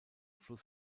fluss